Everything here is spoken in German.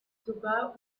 sogar